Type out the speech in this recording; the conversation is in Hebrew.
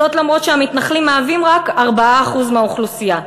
למרות שהמתנחלים מהווים רק 4% מהאוכלוסייה.